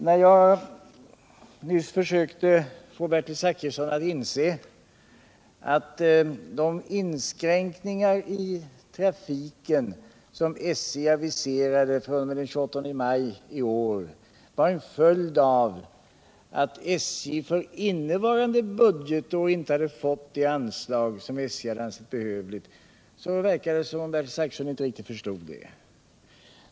När jag nyss försökte få Bertil Zachrisson att inse att de inskränkningar i trafiken som SJ aviserade fr.o.m. den 28 maj i år var en följd av att SJ för innevarande budgetår inte hade fått det anslag som man ansåg behövligt, så verkade det som om han inte förstod det.